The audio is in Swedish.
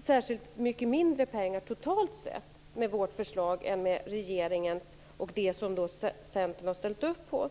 får särskilt mycket mindre pengar totalt sett med vårt förslag än med regeringens och det som Centern har ställt upp på.